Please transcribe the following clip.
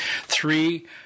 Three